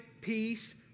peace